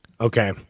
okay